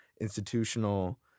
institutional